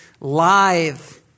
live